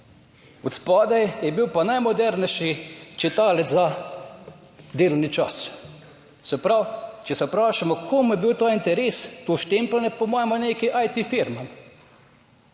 od spodaj je bil pa najmodernejši čitalec za delovni čas. Se pravi, če se vprašamo, komu je bil to interes, to štempljanje, po mojem nekaj IT firmam.